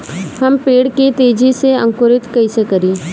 हम पेड़ के तेजी से अंकुरित कईसे करि?